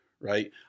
right